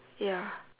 ya